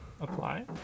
Apply